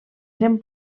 eren